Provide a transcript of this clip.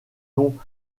nom